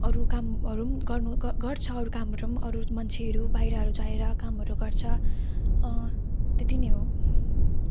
अरू कामहरू गर्नु गर्छ अरू कामहरू अरू मान्छेहरू बाहिरहरू गएर कामहरू गर्छ त्यति नै हो